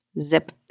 Zip